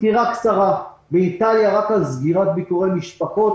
סקירה קצרה: באיטליה רק על סגירת ביקורי משפחות